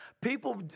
People